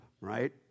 right